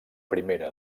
primera